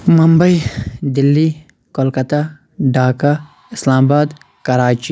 Mumbai Delhi Kolkata Dhaka Islamabad Karachi